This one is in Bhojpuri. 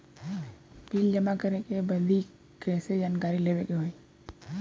बिल जमा करे बदी कैसे जानकारी लेवे के होई?